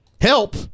HELP